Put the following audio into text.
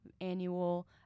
annual